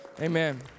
Amen